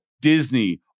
Disney